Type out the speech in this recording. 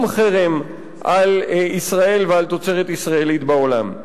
חרם על ישראל ועל תוצרת ישראלית בעולם.